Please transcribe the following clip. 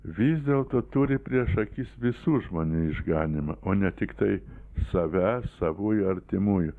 vis dėlto turi prieš akis visų žmonių išganymą o ne tiktai save savųjų artimųjų